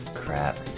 crap